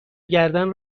گردن